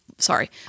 Sorry